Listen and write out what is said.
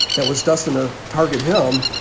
that was doesn't a target him.